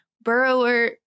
Burrower